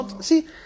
See